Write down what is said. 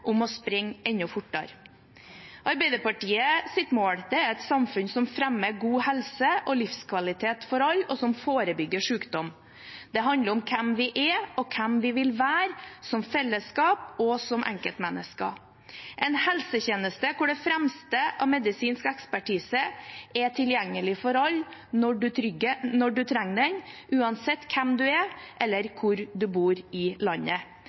om å springe enda fortere. Arbeiderpartiets mål er et samfunn som fremmer god helse og livskvalitet for alle, og som forebygger sykdom. Det handler om hvem vi er, og hvem vi vil være, som fellesskap og som enkeltmennesker – en helsetjeneste hvor det fremste av medisinsk ekspertise er tilgjengelig for alle når man trenger den, uansett hvem man er, eller hvor man bor i landet.